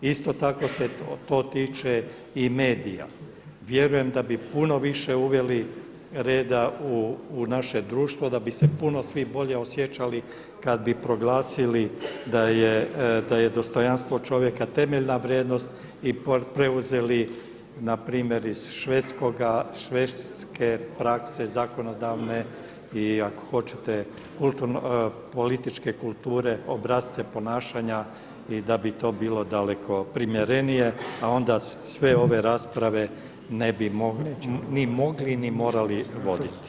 Isto tako se to tiče i medija, vjerujem da bi puno više uveli reda u naše društvo, da bi se puno svi bolje osjećali kada bi proglasili da je dostojanstvo čovjeka temeljna vrijednost i preuzeli npr. iz švedske zakonodavne prakse i ako hoćete političke kulture obrasce ponašanja da bi to bilo daleko primjerenije, a onda sve ove rasprave ni mogli ni morali voditi.